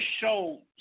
show